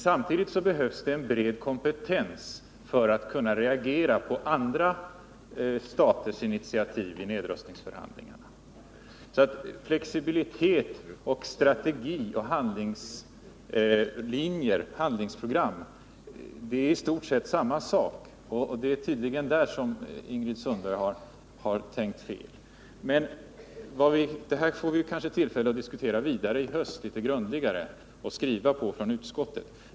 Samtidigt behövs det en bred kompetens för att kunna reagera på andra staters initiativ i nedrustningsförhandlingarna. Flexibilitet, strategi och handlingsprogram är i stort sett samma sak. Det är tydligen där Ingrid Sundberg har tänkt fel. Men det här får vi kanske tillfälle att diskutera litet grundligare i höst.